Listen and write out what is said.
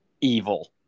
evil